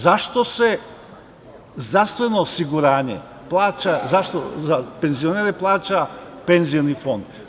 Zašto zdravstveno osiguranje za penzionere plaća Penzioni fond?